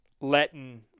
letting